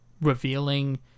revealing